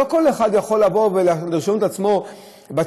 לא כל אחד יכול לבוא ולרשום את עצמו בטאבו,